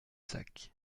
sacs